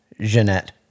Jeanette